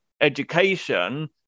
education